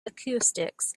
acoustics